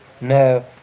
no